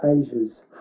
asia's